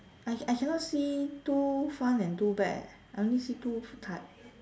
I I cannot see two front and two back eh I only see two car